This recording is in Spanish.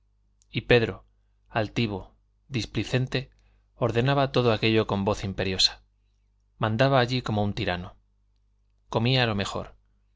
y pedro altivo displicente ordenaba todo aquello con voz imperiosa mandaba allí como un tirano comía lo mejor